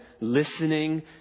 listening